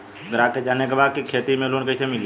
ग्राहक के जाने के बा की खेती पे लोन कैसे मीली?